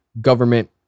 government